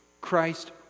Christ